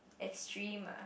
extreme ah